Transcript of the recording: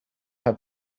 had